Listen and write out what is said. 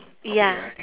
ya